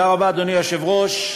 אדוני היושב-ראש,